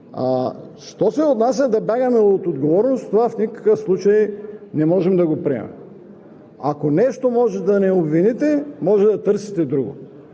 що се отнася – да бягаме от отговорност, това в никакъв случай не можем да го приемем. Ако в нещо може да ни обвините, може да търсите друго.